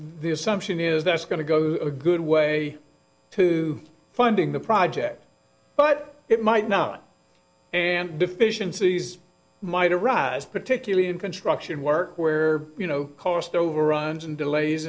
the assumption is that's going to go a good way to funding the project but it might not and deficiencies might arise particularly in construction work where you know cost overruns and delays